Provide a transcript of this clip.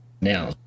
now